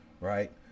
Right